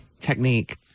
technique